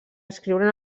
escriure